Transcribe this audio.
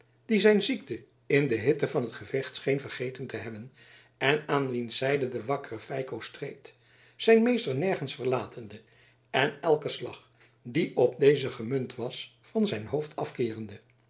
die zijn ziekte in de hitte van het gevecht scheen vergeten te hebben en aan wiens zijde de wakkere feiko streed zijn meester nergens verlatende en elken slag die op dezen gemunt was van zijn hoofd afkeerende